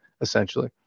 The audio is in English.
essentially